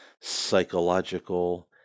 psychological